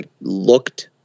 looked